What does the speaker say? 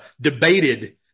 debated